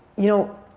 you know,